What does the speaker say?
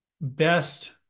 best